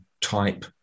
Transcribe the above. type